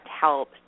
help